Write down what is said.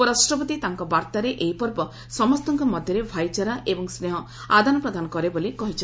ଉପରାଷ୍ଟ୍ରପତି ତାଙ୍କ ବାର୍ତ୍ତାରେ ଏହି ପର୍ବ ସମସ୍ତଙ୍କ ମଧ୍ୟରେ ଭାଇଚାରା ଏବଂ ସ୍ନେହ ଆଦାନ ପ୍ରଦାନ କରେ ବୋଲି କହିଛନ୍ତି